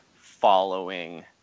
following